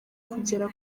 kugera